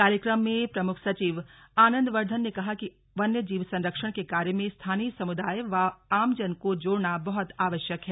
कार्यक्रम में प्रमुख सचिव आनंदवर्द्धन ने कहा कि वन्य जीव संरक्षण के कार्य में स्थानीय समुदाय व आम जन को जोड़ना बहुत आवश्यक है